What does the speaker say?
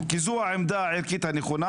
כי זו העמדה הערכית הנכונה.